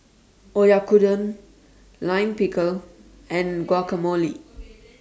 Oyakodon Lime Pickle and Guacamole